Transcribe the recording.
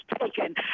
taken